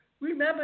remember